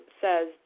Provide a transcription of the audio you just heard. says